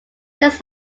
this